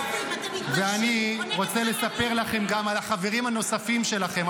אני רוצה לספר לכם גם על החברים הנוספים שלכם,